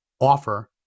offer